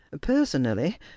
personally